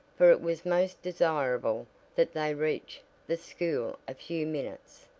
for it was most desirable that they reach the school a few minutes,